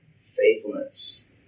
faithfulness